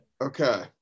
Okay